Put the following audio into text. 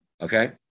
okay